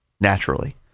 naturally